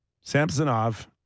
Samsonov